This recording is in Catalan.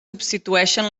substitueixen